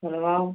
खुलवाओ